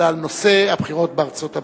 אלא על נושא הבחירות בארצות-הברית.